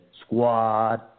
Squad